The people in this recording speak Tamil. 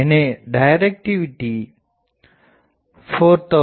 எனவே டிரக்ட்டிவிடி 4000